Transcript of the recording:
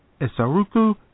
Esaruku